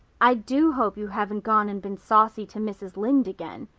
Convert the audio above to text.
i do hope you haven't gone and been saucy to mrs. lynde again.